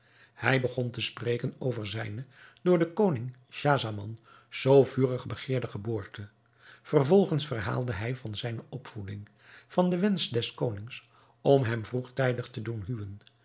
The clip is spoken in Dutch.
hij begon te spreken over zijne door den koning schahzaman zoo vurig begeerde geboorte vervolgens verhaalde hij van zijne opvoeding van den wensch des konings om hem vroegtijdig te doen